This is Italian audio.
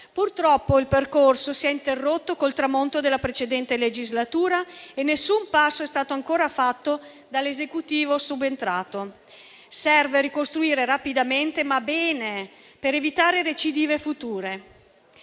Purtroppo il percorso si è interrotto con il tramonto della precedente legislatura e nessun passo è stato ancora fatto dall'Esecutivo subentrato. Serve ricostruire rapidamente, ma bene, per evitare recidive future.